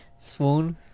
Swoon